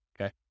Okay